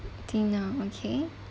dinner okay